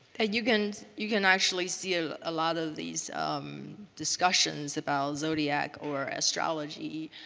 ah you can you can actually see a lot of these discussions about zodiac or astrology,